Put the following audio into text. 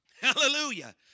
Hallelujah